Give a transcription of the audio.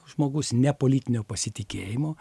žmogus ne politinio pasitikėjimo